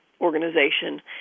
organization